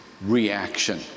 reaction